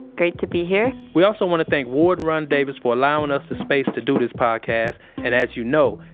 great to be here we also want to thank warden ron davis for allowing us the space to do this podcast and, as you know,